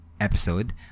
episode